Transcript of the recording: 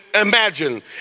imagine